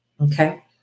Okay